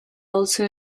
also